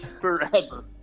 Forever